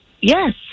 Yes